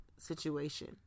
situation